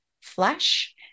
flesh